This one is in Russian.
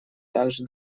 также